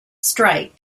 strike